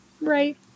Right